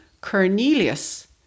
Cornelius